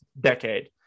decade